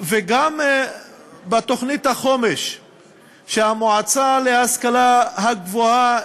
גם בתוכנית החומש שהמועצה להשכלה הגבוהה